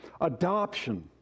Adoption